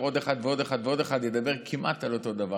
עוד אחד ועוד אחד שידבר כמעט על אותו דבר.